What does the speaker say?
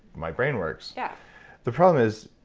my brain works. yeah the problem is,